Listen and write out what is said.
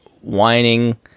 whining